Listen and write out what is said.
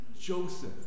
Joseph